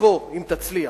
שאפו אם תצליח.